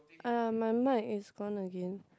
ah my mic is gone again